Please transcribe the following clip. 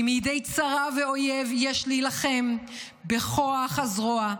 כי בצרה ואויב יש להילחם בכוח הזרוע,